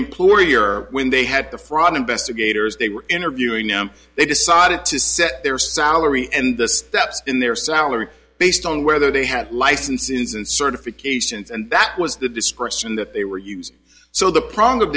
employer when they had the fraud investigators they were interviewing them they decided to set their salary and the steps in their salary based on whether they had licenses and certifications and that was the discretion that they were use so the problem of